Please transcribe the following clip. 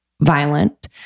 violent